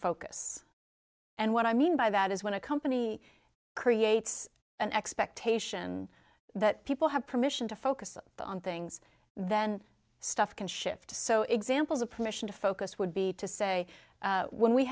focus and what i mean by that is when a company creates an expectation that people have permission to focus on things then stuff can shift so examples of permission to focus would be to say when we